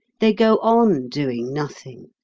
they go on doing nothing.